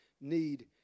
need